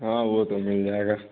ہاں وہ تو مل جائے گا